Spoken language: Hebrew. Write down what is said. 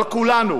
על כולנו,